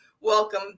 Welcome